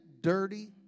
dirty